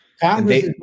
Congress